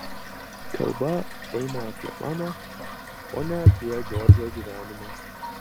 kalba eina apie mano o ne apie džordžo gyvenimą